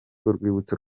urwibutso